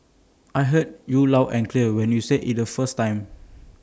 I heard you loud and clear when you said IT the first time